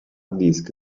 disc